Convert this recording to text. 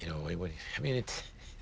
you know what i mean it